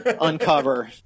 uncover